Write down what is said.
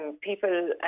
People